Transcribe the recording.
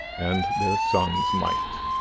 and their sons might.